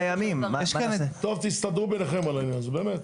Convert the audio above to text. טוב, תסתדרו ביניכם על העניין הזה, באמת.